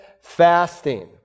fasting